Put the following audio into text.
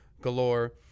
galore